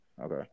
okay